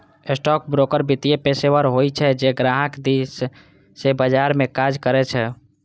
stockbroker वित्तीय पेशेवर होइ छै, जे ग्राहक दिस सं बाजार मे काज करै छै